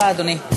סליחה, אדוני.